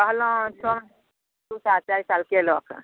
कहलहुँ दू साल चारि साल कयलक